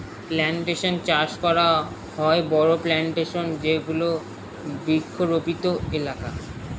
plantation চাষ করা হয় বড়ো প্লানটেশনে যেগুলো বৃক্ষরোপিত এলাকা